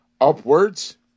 upwards